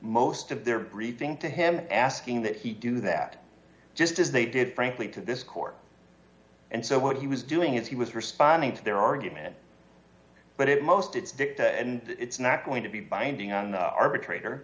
most of their briefing to him asking that he do that just as they did frankly to this court and so what he was doing is he was responding to their argument but it most it's dicta and it's not going to be binding on the arbitrator